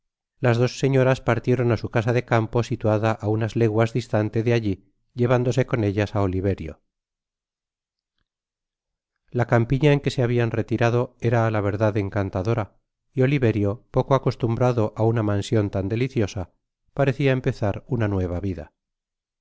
las dos señoras partieron á su casa de campo situada á algunas leguas distante de alli llevándose con ellas á oliverio la campiña en que se habian retirado era á la verdad encantadora y oliverio poco acostumbrado á una mansion tan deliciosa parecia empezar una nueva vida